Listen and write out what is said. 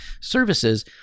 services